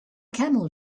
camel